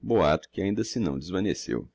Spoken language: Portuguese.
boato que ainda se não desvaneceu